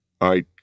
I